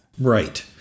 Right